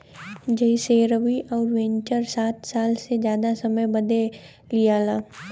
जइसेरवि अउर वेन्चर सात साल से जादा समय बदे लिआला